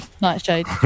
nightshade